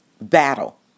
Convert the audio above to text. battle